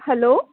hello